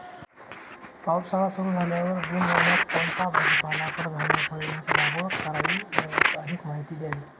पावसाळा सुरु झाल्यावर जून महिन्यात कोणता भाजीपाला, कडधान्य, फळे यांची लागवड करावी याबाबत अधिक माहिती द्यावी?